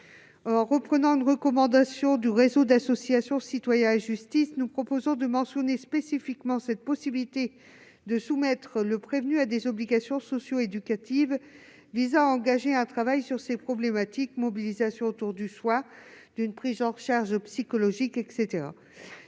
il s'agit d'une recommandation du réseau d'associations Citoyens et Justice -, il vise à mentionner spécifiquement dans le texte la possibilité de soumettre le prévenu à des obligations socio-éducatives afin que soit engagé un travail sur ces problématiques- mobilisation autour du soin, d'une prise en charge psychologique, etc.